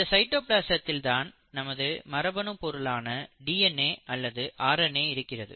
இந்த சைட்டோபிளாசதில் தான் நமது மரபணு பொருளான டிஎன்ஏ அல்லது ஆர் என் ஏ இருக்கிறது